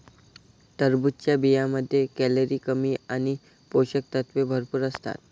टरबूजच्या बियांमध्ये कॅलरी कमी आणि पोषक तत्वे भरपूर असतात